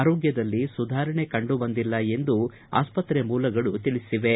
ಆರೋಗ್ಯದಲ್ಲಿ ಸುಧಾರಣೆ ಕಂಡು ಬಂದಿಲ್ಲ ಎಂದು ಆಸ್ವತ್ರೆ ಮೂಲಗಳು ತಿಳಿಸಿವೆ